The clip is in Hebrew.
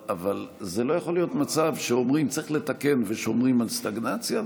אבל זה לא יכול להיות מצב שאומרים שצריך לתקן ושומרים על סטגנציה,